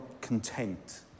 content